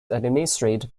administered